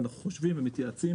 ואנחנו חושבים ומתייעצים,